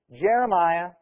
Jeremiah